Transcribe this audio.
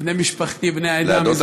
לבני המשפחה, בני העדה המזרחית.